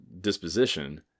disposition